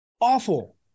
Awful